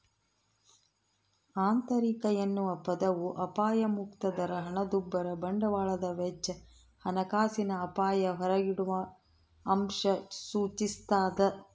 ಆಂತರಿಕ ಎನ್ನುವ ಪದವು ಅಪಾಯಮುಕ್ತ ದರ ಹಣದುಬ್ಬರ ಬಂಡವಾಳದ ವೆಚ್ಚ ಹಣಕಾಸಿನ ಅಪಾಯ ಹೊರಗಿಡುವಅಂಶ ಸೂಚಿಸ್ತಾದ